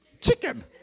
chicken